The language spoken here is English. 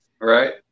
Right